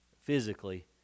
physically